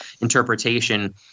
interpretation